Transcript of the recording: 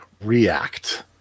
react